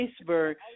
iceberg